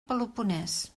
peloponès